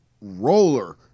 roller